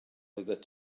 oeddet